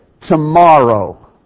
Tomorrow